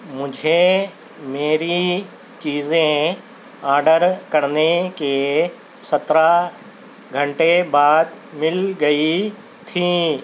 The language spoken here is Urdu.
مجھے میری چیزیں آڈر کرنے کے سترہ گھنٹے بعد مل گئی تھی